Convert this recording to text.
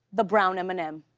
the brown m and m.